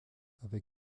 avec